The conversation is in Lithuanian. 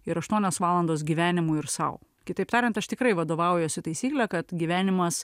ir aštuonios valandos gyvenimui ir sau kitaip tariant aš tikrai vadovaujuosi taisykle kad gyvenimas